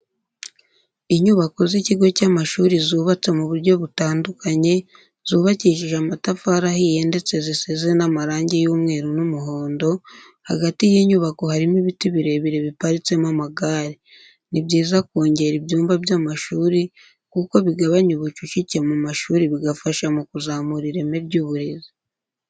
Inyubako z'ikigo cy'amashuri zubatse mu buryo butandukanye, zubakishije amatafari ahiye ndetse zisize n'amarangi y'umweru n'umuhondo, hagati y'inyubako harimo ibiti birebire biparitsemo amagare. Ni byiza kongera ibyumba by'amashuri kuko bigabanya ubucucike mu mashuri bigafasha mu kuzamura ireme ry'uburezi.